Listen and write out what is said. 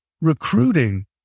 recruiting